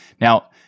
Now